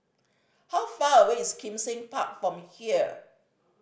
how far away is Kim Seng Park from here